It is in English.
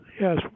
Yes